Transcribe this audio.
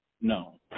No